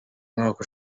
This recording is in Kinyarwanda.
mwaka